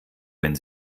wenn